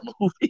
movie